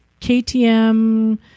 KTM